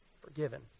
Forgiven